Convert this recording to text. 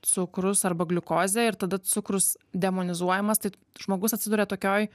cukrus arba gliukozė ir tada cukrus demonizuojamas tai žmogus atsiduria tokioj